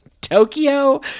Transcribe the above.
Tokyo